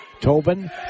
Tobin